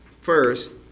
first